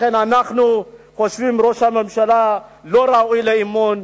לכן אנחנו חושבים שראש הממשלה לא ראוי לאמון.